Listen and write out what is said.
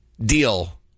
deal